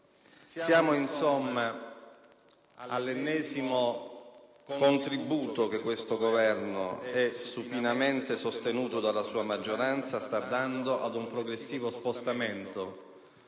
insomma, all'ennesimo contributo che questo Governo, supinamente sostenuto dalla sua maggioranza, sta dando ad un progressivo spostamento